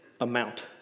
amount